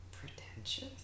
pretentious